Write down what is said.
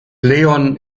leon